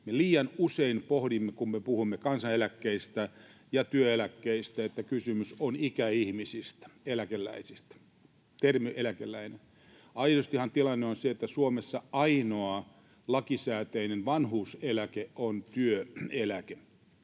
liian usein, kun puhumme kansaneläkkeistä ja työeläkkeistä, pohdimme, että kysymys on ikäihmisistä, vaikka termi on ”eläkeläinen”. Aidostihan tilanne on se, että Suomessa ainoa lakisääteinen vanhuuseläke on työeläke,